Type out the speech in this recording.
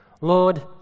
Lord